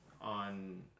on